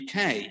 UK